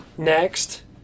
Next